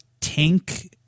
Tank